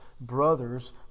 brothers